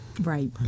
Right